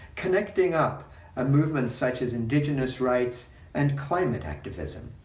connecting up ah movements such as indigenous rights and climate activism,